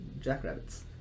jackrabbits